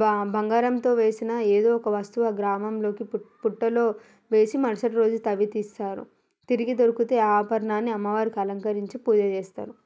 బ బంగారంతో వేసిన ఏదో ఒక వస్తువు ఆ గ్రామంలోకి పు పుట్టలో వేసి మరుసటి రోజు తవ్వి తీస్తారు తిరిగి దొరికితే ఆ ఆభరణాన్ని అమ్మవారికి అలంకరించి పూజ చేస్తారు